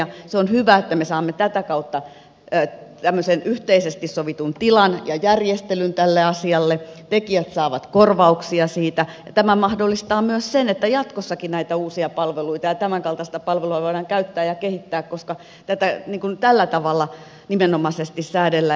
se on hyvä että me saamme tätä kautta tämmöisen yhteisesti sovitun tilan ja järjestelyn tälle asialle tekijät saavat korvauksia siitä ja tämä mahdollistaa myös sen että jatkossakin näitä uusia palveluita ja tämänkaltaista palvelua voidaan käyttää ja kehittää koska tätä tällä tavalla nimenomaisesti säädellään